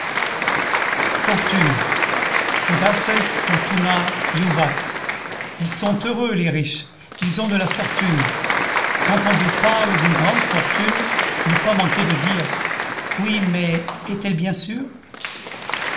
fortune audaces fortuna juvat ils sont heureux les riches ils ont de la fortune quand on vous parle d'une grande fortune ne pas manquer de dire oui mais est-elle bien sûre